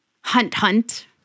hunt-hunt